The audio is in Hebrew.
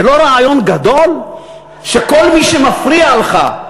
זה לא רעיון גדול שכל מי שמפריע לך,